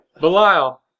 Belial